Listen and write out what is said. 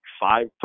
five